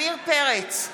עמיר פרץ,